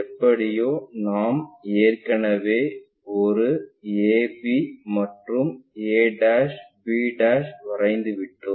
எப்படியோ நாம் ஏற்கனவே ஒரு a b மற்றும் a b வரைந்து விட்டோம்